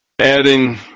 adding